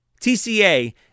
TCA